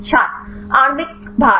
छात्र आणविक भार